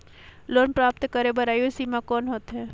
Loan प्राप्त करे बर आयु सीमा कौन होथे?